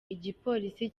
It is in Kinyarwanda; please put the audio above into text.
igipolisi